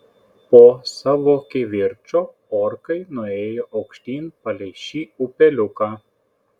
po savo kivirčo orkai nuėjo aukštyn palei šį upeliuką